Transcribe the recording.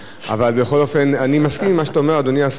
אבל זה נכון שאי-אפשר היום כבר להחליט